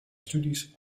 studies